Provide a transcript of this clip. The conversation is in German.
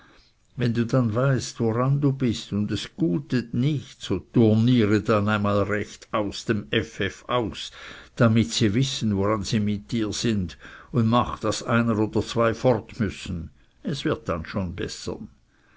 wenn du dann weißt woran du bist und gutet es nicht so turniere dann einmal recht aus dem ff aus damit sie wissen woran sie mit dir sind und mach daß einer oder zwei fort müssen es wird dann schon bessern